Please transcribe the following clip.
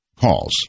calls